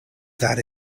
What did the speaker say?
that